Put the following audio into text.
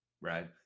Right